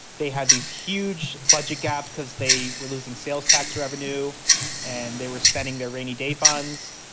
they have these huge budget gaps because they were losing sales tax revenue and they were spending their rainy day funds.